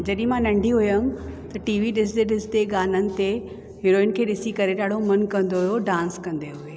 जॾहिं मां नंढी हुयमि त टी वी ॾिसंदे ॾिसंदे गाननि ते हिरोइन के ॾिसी करे ॾाढो मन कंदो हुयो डांस कंदे हुए